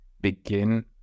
begin